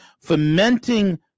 fomenting